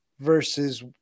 versus